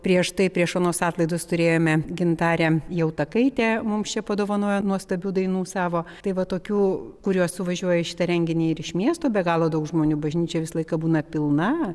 prieš tai prieš onos atlaidus turėjome gintarę jautakaitę mums čia padovanojo nuostabių dainų savo tai va tokių kuriuos suvažiuoja į šitą renginį ir iš miesto be galo daug žmonių bažnyčia visą laiką būna pilna